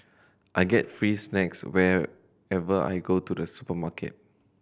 I get free snacks whenever I go to the supermarket